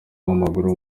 w’amaguru